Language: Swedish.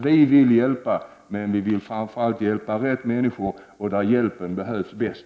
Vi vill hjälpa, men vi vill framför allt hjälpa rätt människor och där hjälpen behövs bäst.